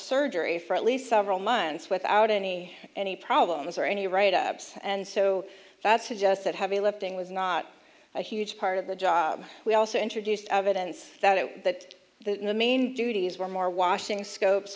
surgery for at least several months without any any problems or any write ups and so that's just that heavy lifting was not a huge part of the job we also introduced evidence that it that the main duties were more washing scopes